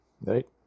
right